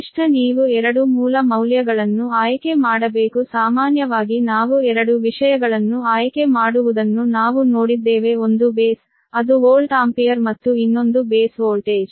ಕನಿಷ್ಠ ನೀವು ಎರಡು ಮೂಲ ಮೌಲ್ಯಗಳನ್ನು ಆಯ್ಕೆ ಮಾಡಬೇಕು ಸಾಮಾನ್ಯವಾಗಿ ನಾವು ಎರಡು ವಿಷಯಗಳನ್ನು ಆಯ್ಕೆ ಮಾಡುವುದನ್ನು ನಾವು ನೋಡಿದ್ದೇವೆ ಒಂದು ಬೇಸ್ ಅದು ವೋಲ್ಟ್ ಆಂಪಿಯರ್ ಮತ್ತು ಇನ್ನೊಂದು ಬೇಸ್ ವೋಲ್ಟೇಜ್